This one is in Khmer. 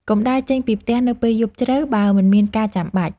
កុំដើរចេញពីផ្ទះនៅពេលយប់ជ្រៅបើមិនមានការចាំបាច់។